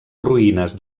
ruïnes